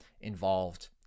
involved